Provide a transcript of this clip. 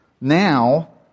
Now